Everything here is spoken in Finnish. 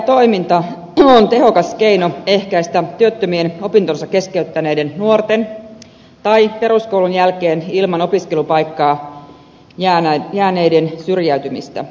työpajatoiminta on tehokas keino ehkäistä työttömien opintonsa keskeyttäneiden nuorten tai peruskoulun jälkeen ilman opiskelupaikkaa jääneiden syrjäytymistä